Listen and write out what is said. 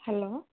hello